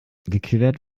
geklärt